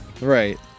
Right